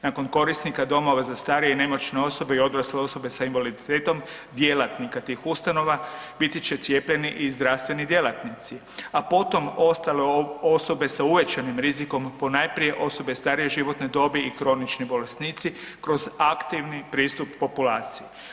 Nakon korisnika domova za starije i nemoćne osobe i odrasle osobe s invaliditetom, djelatnika tih ustanova, biti će cijepljeni i zdravstveni djelatnici, a potom ostale osobe sa uvećanim rizikom, ponajprije osobe starije životne dobi i kronični bolesnici kroz aktivni pristup populaciji.